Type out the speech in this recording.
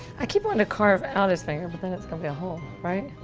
i keep wanting to carve out his fingers, but then it's gonna be a hole, right?